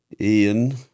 Ian